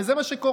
וזה מה שקורה.